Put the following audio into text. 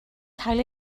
cael